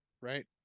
Right